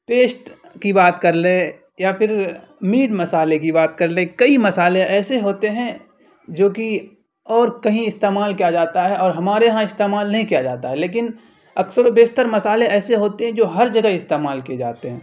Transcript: paste کی بات کر لے یا پھر میٹ مسالے کی بات کر لے کئی مسالے ایسے ہوتے ہیں جو کہ اور کہیں استعمال کیا جاتا ہے اور ہمارے یہاں استعمال نہیں کیا جاتا لیکن اکثر و بیشتر مسالے ایسے ہوتے ہیں جو ہر جگہ استعمال کیے جاتے ہیں